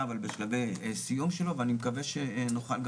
אבל בשלבי סיום שלו ואני מקווה שנוכל גם